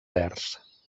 verds